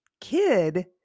kid